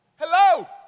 Hello